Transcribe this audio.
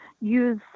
use